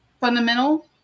fundamental